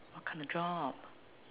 what kind of job